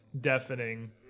deafening